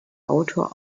autor